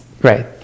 Right